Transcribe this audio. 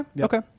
Okay